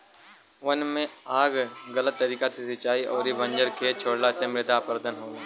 वन में आग गलत तरीका से सिंचाई अउरी बंजर खेत छोड़ला से मृदा अपरदन होला